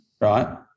right